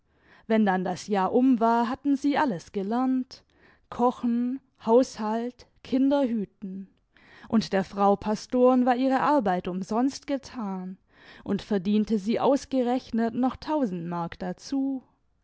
wenn dann das jahr um war hatten sie alles gelernt kochen haushalt kinderhüten und der frau pastom war ihre arbeit umsonst getan und verdiente sie ausgerechnet noch looo mark dazu